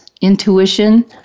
intuition